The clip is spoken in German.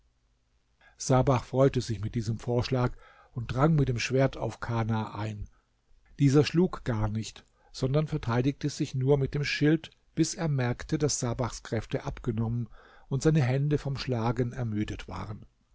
sabach freute sich mit diesem vorschlag und drang mit dem schwert auf kana ein dieser schlug gar nicht sondern verteidigte sich nur mit dem schild bis er merkte daß sabachs kräfte abgenommen und seine hände vom schlagen ermüdet waren